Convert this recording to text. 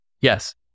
Yes